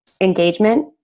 engagement